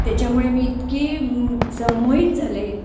त्याच्यामुळे मी इतकी संमोहित झाले